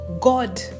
God